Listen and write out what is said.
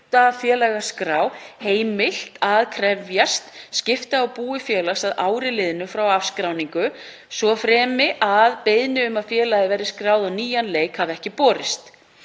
hlutafélagaskrá heimilt að krefjast skipta á búi félags að ári liðnu frá afskráningu svo fremi að beiðni um að félagið verði skráð á nýjan leik hafi ekki borist.